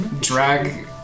drag